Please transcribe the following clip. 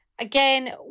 Again